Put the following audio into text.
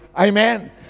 Amen